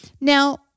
Now